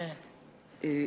סיעה שלמה.